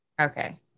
Okay